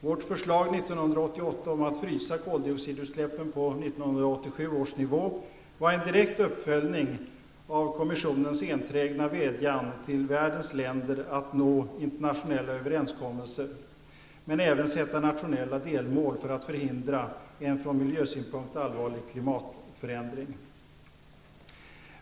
Vårt förslag 1988 om att frysa koldioxidutsläppen på 1987 års nivå var en direkt uppföljning av kommissionens enträgna vädjan till världens länder att nå internationella överenskommelser, men även att sätta nationella delmål för att förhindra en från miljösynpunkt allvarlig klimatförändring.